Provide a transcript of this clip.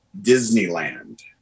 Disneyland